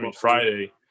Friday